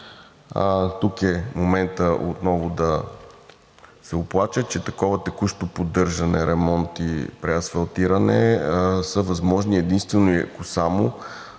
Тук е моментът отново да се оплача, че такова текущо поддържане, ремонт и преасфалтиране е възможно само ако някое